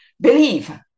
believe